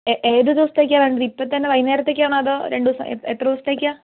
ഏത് ദിവസത്തേക്കാണ് വണ്ടത് ഇപ്പം തന്നെ വൈകുന്നേരത്തേക്കാണ് ആണോ അതോ രണ്ട് ദിവസം എത്ര ദിവസത്തേക്കാണ്